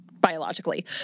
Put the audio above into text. biologically